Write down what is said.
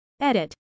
Edit